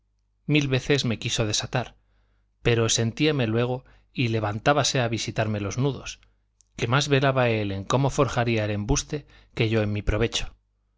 mil veces me quiso desatar pero sentíame luego y levantábase a visitarme los nudos que más velaba él en cómo forjaría el embuste que yo en mi provecho